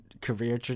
career